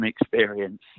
experience